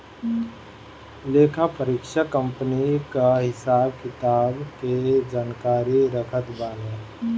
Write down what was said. लेखापरीक्षक कंपनी कअ हिसाब किताब के जानकारी रखत बाने